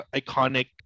iconic